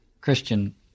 Christian